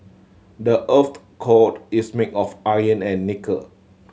the earth's core is made of iron and nickel